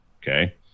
Okay